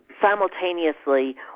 simultaneously